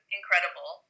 incredible